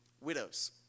widows